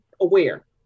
aware